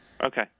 Okay